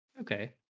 Okay